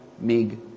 MiG